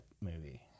movie